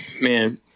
man